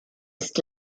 ist